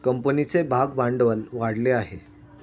कंपनीचे भागभांडवल वाढले आहे